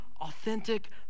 Authentic